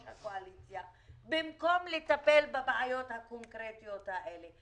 הקואליציה במקום לטפל בבעיות הקונקרטית האלה.